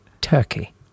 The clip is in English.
Turkey